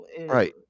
Right